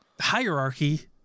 hierarchy